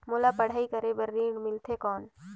मोला पढ़ाई करे बर ऋण मिलथे कौन?